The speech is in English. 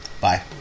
Bye